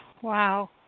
Wow